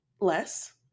less